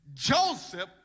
joseph